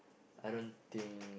I don't think